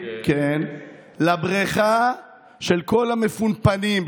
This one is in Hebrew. לבריכה של כל המפונפנים,